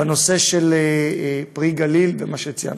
בנושא פרי גליל ומה שציינת: